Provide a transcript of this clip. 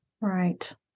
Right